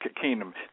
Kingdom